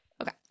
okay